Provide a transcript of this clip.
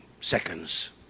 seconds